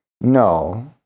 No